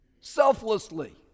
selflessly